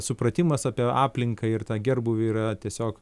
supratimas apie aplinką ir tą gerbūvį yra tiesiog